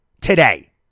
today